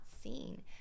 seen